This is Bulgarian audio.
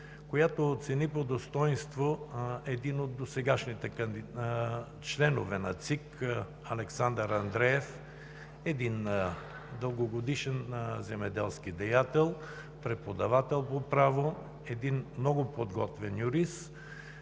която оцени по достойнство един от досегашните членове на ЦИК – Александър Андреев, дългогодишен земеделски деятел, преподавател по право, много подготвен юрист,